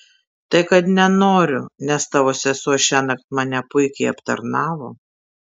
tai kad nenoriu nes tavo sesuo šiąnakt mane puikiai aptarnavo